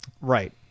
Right